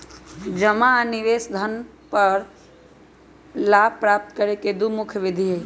जमा आ निवेश धन पर लाभ प्राप्त करे के दु मुख्य विधि हइ